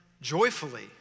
joyfully